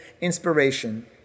inspiration